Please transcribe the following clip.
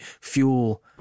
fuel